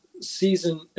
season